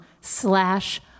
slash